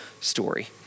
story